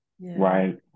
right